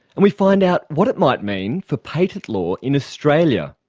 and we find out what it might mean for patent law in australia.